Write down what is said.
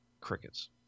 Crickets